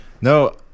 No